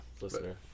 listener